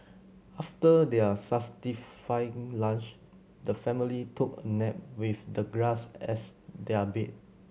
after their satisfying lunch the family took a nap with the grass as their bed